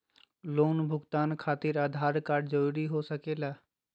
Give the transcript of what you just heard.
Loan भुगतान खातिर Aadhaar card जरूरी हो सके ला?